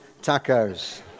tacos